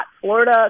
Florida